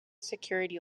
security